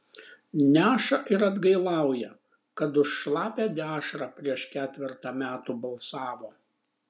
neša ir atgailauja kad už šlapią dešrą prieš ketvertą metų balsavo